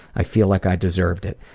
i feel like i deserved it.